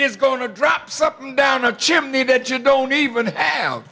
is going to drop something down a chimney that you don't even have